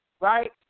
Right